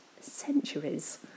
centuries